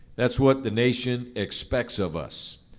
that's what the nation expects of us.